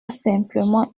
simplement